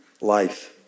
life